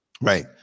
Right